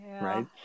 right